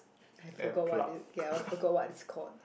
I forgot what did ya I forgot what it's called